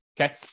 Okay